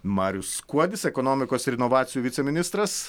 marius kuodis ekonomikos ir inovacijų viceministras